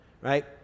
right